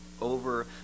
over